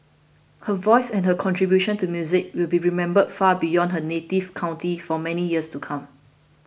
her voice and her contribution to music will be remembered far beyond her native county for many years to come